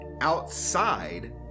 outside